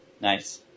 Nice